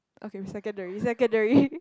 okay secondary secondary